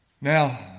Now